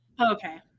okay